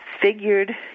figured